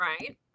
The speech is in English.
right